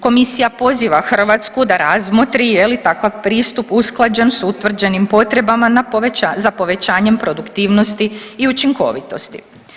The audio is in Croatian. Komisija poziva Hrvatsku da razmotri je li takav pristup usklađen s utvrđenim potrebama za povećanjem produktivnosti i učinkovitosti.